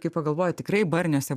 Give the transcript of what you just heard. kai pagalvoji tikrai barniuose